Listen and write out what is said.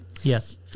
Yes